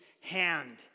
hand